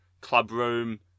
clubroom